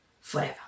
forever